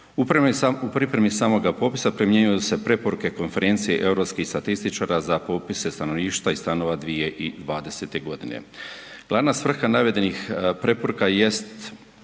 U pripremi samoga popisa primjenjuju se preporuke konferencije europskih statističara za popise stanovništva i stanova 2020. godine.